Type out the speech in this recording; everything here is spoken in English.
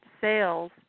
sales